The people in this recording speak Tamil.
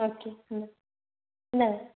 ஓகே இந்த இந்தாங்க